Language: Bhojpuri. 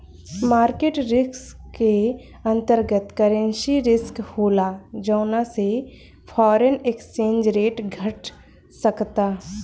मार्केट रिस्क के अंतर्गत, करेंसी रिस्क होला जौना से फॉरेन एक्सचेंज रेट घट सकता